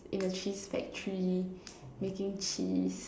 in a cheese factory making cheese